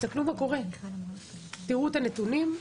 תסתכלו מה קורה, תראו את הנתונים.